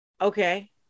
Okay